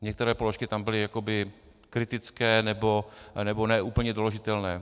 Některé položky tam byly jakoby kritické nebo ne úplně doložitelné.